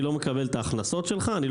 אני לא מקבל את ההכנסות שלך.